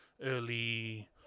early